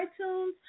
iTunes